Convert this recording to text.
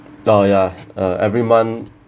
oh ya uh every month